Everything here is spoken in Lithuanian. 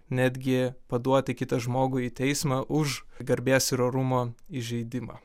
netgi paduoti kitą žmogų į teismą už garbės ir orumo įžeidimą